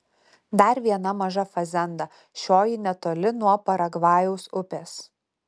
dar viena maža fazenda šioji netoli nuo paragvajaus upės